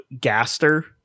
Gaster